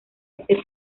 este